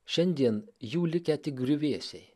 šiandien jų likę tik griuvėsiai